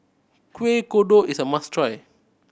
Kuih Kodok is a must try